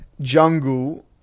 jungle